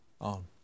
on